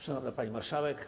Szanowna Pani Marszałek!